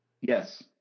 Yes